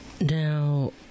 Now